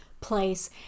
place